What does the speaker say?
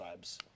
vibes